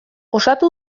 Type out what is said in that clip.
osatu